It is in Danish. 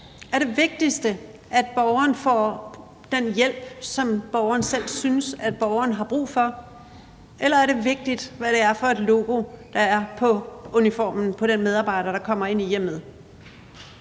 Er det vigtigste, at borgeren får den hjælp, som borgeren selv synes borgeren har brug for, eller er det vigtigst, hvad det er for et logo, der er på uniformen på den medarbejder, der kommer ind i hjemmet?